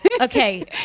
okay